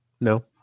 No